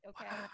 Okay